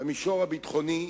במישור הביטחוני,